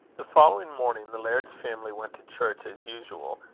the following morning, the laird's family went to church as usual,